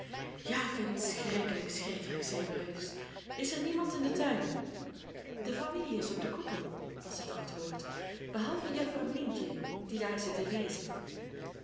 ja kind schrikkelijk schrikkelijk zei bruis is er niemand in den tuin de familie is op den koepel was het antwoord behalve juffrouw mientje die daar zit te lezen